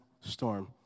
storm